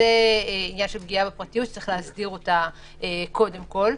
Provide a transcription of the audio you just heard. זה עניין של פגיעה בפרטיות שצריך להסדיר אותה קודם כול.